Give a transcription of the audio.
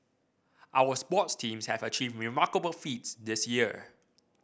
our sports teams have achieved remarkable feats this year